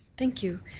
thank you.